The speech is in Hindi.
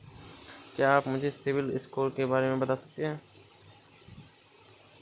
क्या आप मुझे सिबिल स्कोर के बारे में बता सकते हैं?